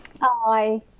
Hi